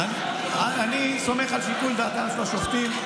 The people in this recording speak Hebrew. אני סומך על שיקול דעתם של השופטים,